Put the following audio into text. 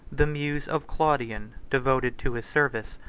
the muse of claudian, devoted to his service,